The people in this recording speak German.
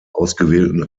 ausgewählten